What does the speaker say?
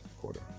Quarter